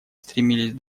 стремились